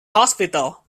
hospital